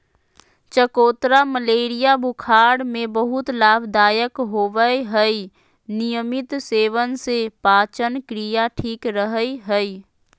चकोतरा मलेरिया बुखार में बहुत लाभदायक होवय हई नियमित सेवन से पाचनक्रिया ठीक रहय हई